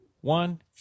one